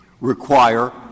require